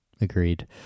Agreed